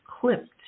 clipped